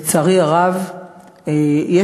לצערי הרב יש